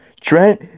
Trent